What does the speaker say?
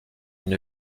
une